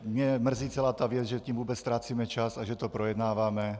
Mě mrzí celá ta věc, že tím vůbec ztrácíme čas a že to projednáváme.